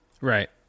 Right